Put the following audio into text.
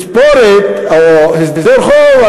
הסדר חוב,